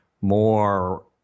More